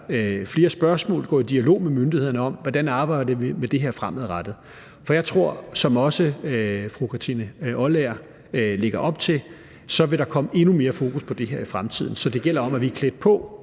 flere spørgsmål og går i dialog med myndighederne om, hvordan vi arbejder med det her fremadrettet. For jeg tror, at der, som også fru Kathrine Olldag lægger op til, vil komme endnu mere fokus på det her i fremtiden. Så det gælder om, at vi er klædt på